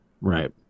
Right